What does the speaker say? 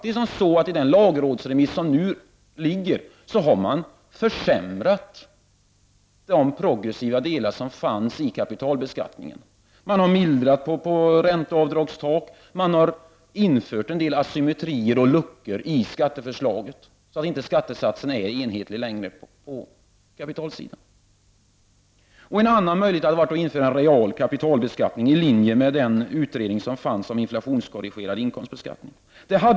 I den lagrådsremiss som föreligger har man faktiskt försämrat de progressiva delarna i kapitalbeskattningen. Man har mildrat på ränteavdragstak samt infört en del asymmetrier och luckor i skatteförslaget. Det gör att skattesatserna inte längre är enhetliga på kapitalsidan. En annan möjlighet hade varit att införa en real kapitalbeskattning i linje med den utredning som förelåg om inflationskorrigerad inkomstbeskattning.